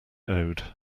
owed